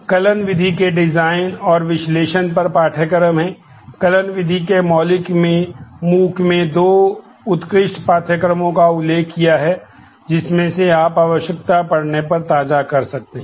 kiln विधि के design और विश्लेषण पर पाठ्यक्रम हैं कलन विधि के मौलिक में MOOC में दो उत्कृष्ट पाठ्यक्रमों का उल्लेख किया है जिसमें से आप आवश्यकता पड़ने पर ताजा कर सकते हैं